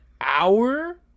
hour